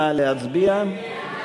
נא להצביע.